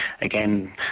again